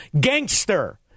gangster